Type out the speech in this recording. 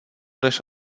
než